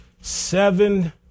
seven